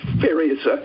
various